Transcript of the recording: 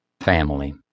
Family